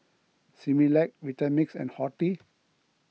Similac Vitamix and Horti